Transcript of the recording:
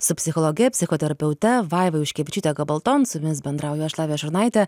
su psichologe psichoterapeute vaiva juškevičiūte gabaldon su jumis bendrauju aš lavija šurnaitė